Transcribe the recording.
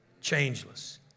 Changeless